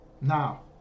Now